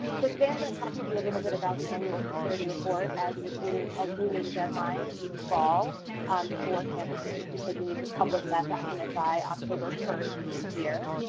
today i'm gonna talk to you a little bit about the annual security report, as this is a looming deadline each fall for campuses. because we need to publish that document by october first each year.